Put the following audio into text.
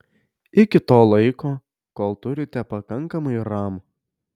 iki to laiko kol turite pakankamai ram